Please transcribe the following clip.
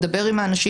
מדבר עם האנשים.